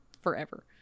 forever